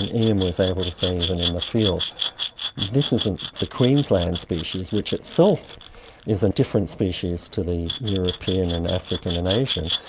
and ian was able to say even in the field that this isn't the queensland species, which itself is a different species to the european and african and asian,